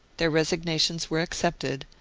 their resignations were accepted,